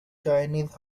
chinese